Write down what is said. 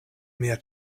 mia